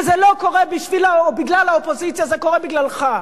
וזה לא קורה בגלל האופוזיציה, זה קורה בגללך.